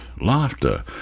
laughter